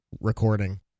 recording